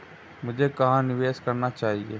मुझे कहां निवेश करना चाहिए?